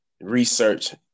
research